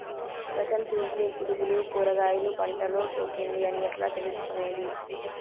రసం పీల్చే పులుగులు కూరగాయలు పంటలో సోకింది అని ఎట్లా తెలుసుకునేది?